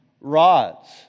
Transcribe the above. rods